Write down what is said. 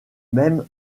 même